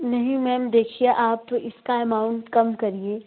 नहीं मैम देखिए आप तो इसका एमाउंट कम करिए